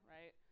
right